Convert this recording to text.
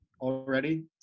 already